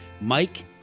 Mike